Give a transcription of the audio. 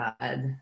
God